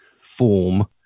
form